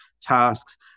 tasks